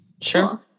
Sure